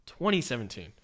2017